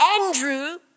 Andrew